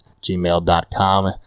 gmail.com